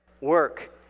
Work